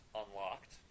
unlocked